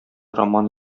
роман